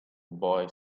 boy